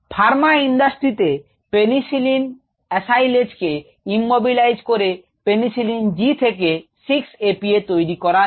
Pharma ইন্ডাস্ট্রিতে penicillin acylase কে immobilise করে পেনিসিলিন G থেকে 6 APA তৈরি করা যায়